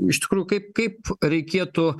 iš tikrųjų kaip kaip reikėtų